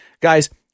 Guys